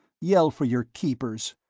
yell for your keepers.